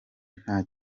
nta